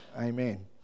Amen